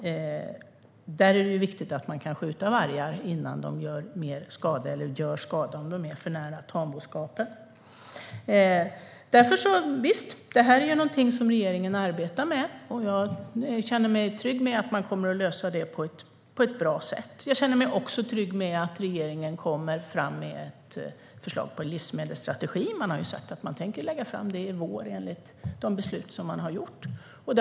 Det är viktigt att man kan skjuta vargar innan de gör skada om de är för nära tamboskapen. Detta är någonting som regeringen arbetar med. Jag känner mig trygg med att man kommer att lösa det på ett bra sätt. Jag känner mig också trygg med att regeringen kommer fram med ett förslag på en livsmedelsstrategi. Man har sagt att man tänker lägga fram det i vår enligt de beslut som man har fattat.